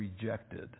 rejected